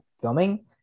filming